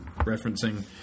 referencing